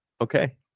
Okay